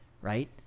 right